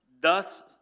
Thus